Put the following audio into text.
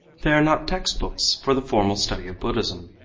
they are not textbooks for the formal study of buddhism,